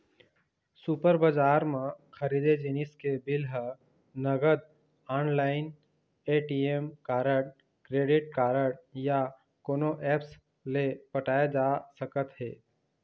super बजार म खरीदे जिनिस के बिल ह नगद, online, ATM card, credit card या कोनो ऐप्स ले पटाए जा सकत हे